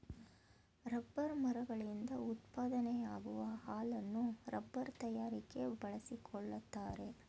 rubber ಮರಗಳಿಂದ ಉತ್ಪಾದನೆಯಾಗುವ ಹಾಲನ್ನು ರಬ್ಬರ್ ತಯಾರಿಕೆ ಬಳಸಿಕೊಳ್ಳುತ್ತಾರೆ